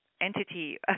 entity